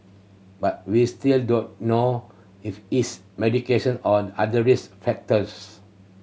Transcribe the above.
but we still don't know if it's medication or other risk factors